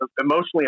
emotionally